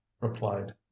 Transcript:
replied